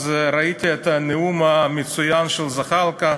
אז ראיתי את הנאום המצוין של זחאלקה,